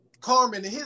Carmen